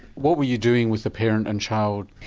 what were you doing with the parent and child?